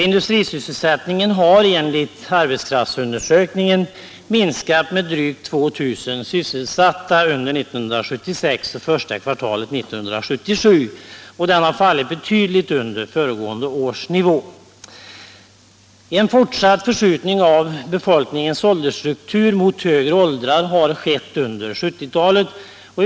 Industrisysselsättningen har enligt AKU minskat med drygt 2 000 sysselsatta under 1976, och första kvartalet 1977 har den fallit betydligt under föregående års nivå. En fortsatt förskjutning av befolkningens åldersstruktur mot högre åldrar har skett under 1970-talet.